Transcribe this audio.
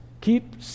Keep